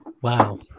Wow